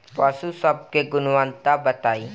पशु सब के गुणवत्ता बताई?